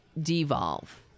devolve